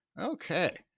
Okay